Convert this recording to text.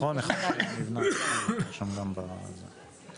אבל אין תשובות ממה שאני מבין לפחות על כמה זמן אותו עולה